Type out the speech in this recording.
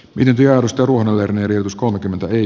vinentiä ostoon lernerius kolmekymmentä ei